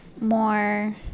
more